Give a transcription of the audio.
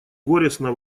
горестно